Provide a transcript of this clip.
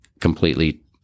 completely